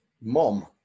Mom